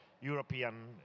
European